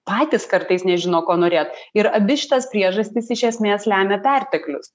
patys kartais nežino ko norėt ir abi šitas priežastis iš esmės lemia perteklius